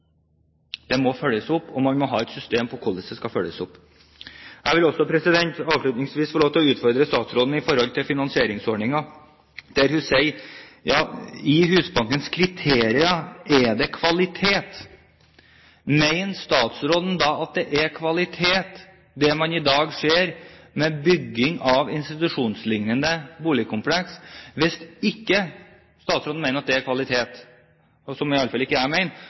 Det må følges opp, og man må ha et system på hvordan det skal følges opp. Jeg vil avslutningsvis få lov til å utfordre statsråden i forhold til finansieringsordningen. Hun sier at kvalitet er et av Husbankens kriterier. Mener statsråden at det er kvalitet det man i dag ser ved bygging av institusjonslignende boligkompleks? Hvis ikke statsråden mener at det er kvalitet – som i alle fall ikke jeg